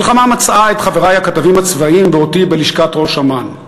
המלחמה מצאה את חברי הכתבים הצבאיים ואותי בלשכת ראש אמ"ן.